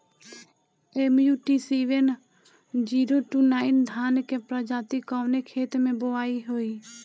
MUT seven zero two nine धान के प्रजाति कवने खेत मै बोआई होई?